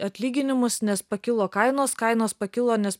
atlyginimus nes pakilo kainos kainos pakilo nes